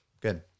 Good